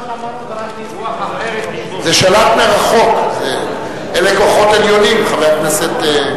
זה שלט מרחוק, אלה כוחות עליונים, חבר הכנסת.